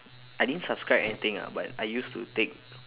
I didn't subscribe anything ah but I used to take